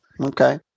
Okay